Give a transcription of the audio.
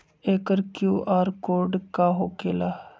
एकर QR code का होकेला?